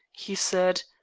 he said.